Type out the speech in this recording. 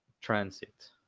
transit